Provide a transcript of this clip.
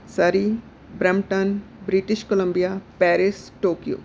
Surrey Brampton British Colombia Paris Tokyo